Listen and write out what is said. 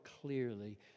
clearly